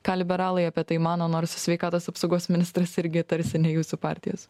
ką liberalai apie tai mano nors sveikatos apsaugos ministras irgi tarsi ne jūsų partijos